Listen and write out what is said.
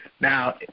Now